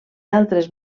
altres